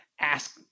ask